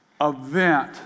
event